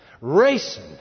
racing